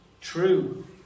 true